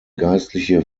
geistliche